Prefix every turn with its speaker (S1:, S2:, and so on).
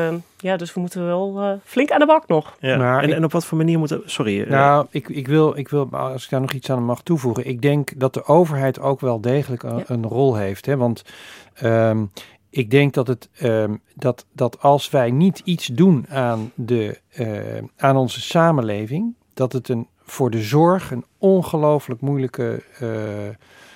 S1: Ehm, ja, dus we moeten wel, eh, flink aan de bak nog.
S2: Ja,
S3: Maar
S2: en-
S3: ik-
S2: en op wat voor manier moeten we- sorry, eh.
S3: Nou, ik- ik wil- ik wil, als ik daar nog iets aan mag toevoegen, ik denk dat de overheid ook wel degelijk een-
S1: Ja.
S3: een rol heeft, hè, want, ehm, ik denk dat het, ehm, dat- dat als wij niet iets doen aan de, eh, aan onze samenleving, dat het een- voor de zorg een ongelooflijk moeilijke, eh,